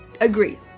agree